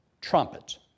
Trumpets